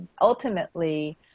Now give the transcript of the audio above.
ultimately